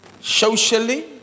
socially